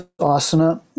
asana